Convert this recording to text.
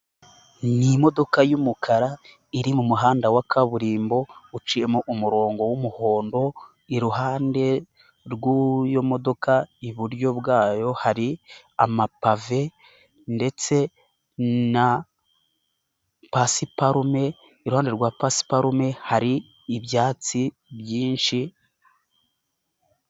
Ni imodoka y'umukara, iri mumuhanda wa kaburimbo, uciyemo umurongo w'umuhondo, iruhande rw'iyo modoka, iburyo bwayo hari amapave ndetse na pasiparume, iruhande rwa pasparume hari ibyatsi byinshi.